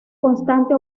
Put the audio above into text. constante